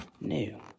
new